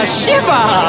shiver